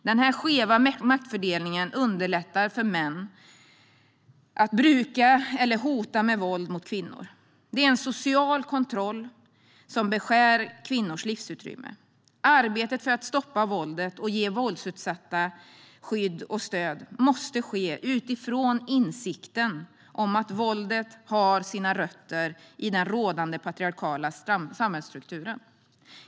Den skeva maktfördelningen underlättar för män att bruka eller hota om våld mot kvinnor. Det är en social kontroll som beskär kvinnors livsutrymme. Arbetet för att stoppa våldet och ge våldsutsatta skydd och stöd måste ske utifrån insikten om att våldet har sina rötter i den rådande patriarkala samhällsstrukturen.